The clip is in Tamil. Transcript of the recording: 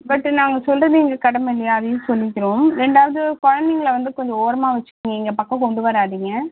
பட் நாங்கள் சொல்கிறது எங்கள் கடமை இல்லையா அதையும் சொல்லிக்கிறோம் இரண்டாவது கொழந்தைங்கள வந்து கொஞ்சம் ஓரமாக வச்சுக்கோங்க எங்கள் பக்கம் கொண்டு வராதீங்க